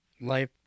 life